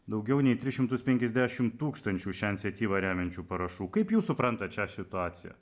daugiau nei tris šimtus penkiasdešimt tūkstančių šią iniciatyvą remiančių parašų kaip jūs suprantate šią situaciją